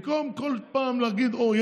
במקום כל פעם להגיד: אוה,